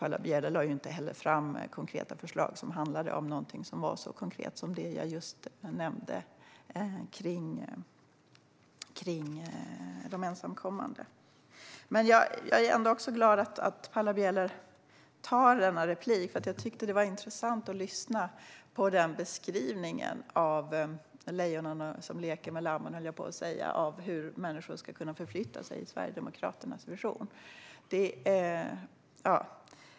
Paula Bieler lade heller inte fram några förslag som var så konkreta som det jag just nämnde vad gäller de ensamkommande. Jag är glad att Paula Bieler begärde replik på mig, för jag tyckte att det var intressant att lyssna till beskrivningen av hur människor ska kunna förflytta sig i Sverigedemokraternas vision. Det är lite som när lejonen leker med lammen.